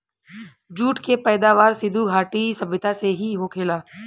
jute के पैदावार सिधु घाटी सभ्यता से ही होखेला